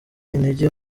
intege